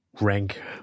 rank